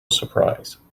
surprise